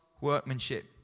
workmanship